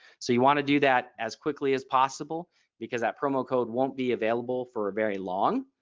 so you want to do that as quickly as possible because that promo code won't be available for a very long.